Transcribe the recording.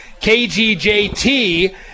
KGJT